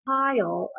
pile